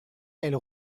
elle